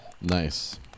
nice